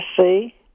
see